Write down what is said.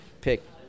pick